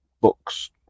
books